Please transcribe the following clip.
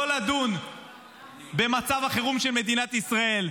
לא לדון במצב החירום של מדינת ישראל,